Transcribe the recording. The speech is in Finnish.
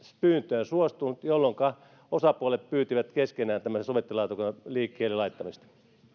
pyyntöön suostunut jolloinka osapuolet pyysivät keskenään tämmöisen sovittelulautakunnan liikkeelle laittamista